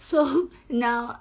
so now